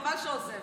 חבל שהוא עוזב.